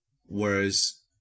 Whereas